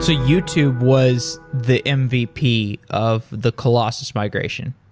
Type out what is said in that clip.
ah youtube was the mvp of the colossus migration.